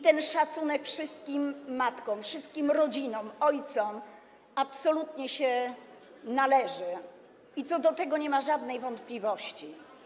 Ten szacunek wszystkim matkom, wszystkim rodzinom, ojcom absolutnie się należy i co do tego nie ma żadnej wątpliwości.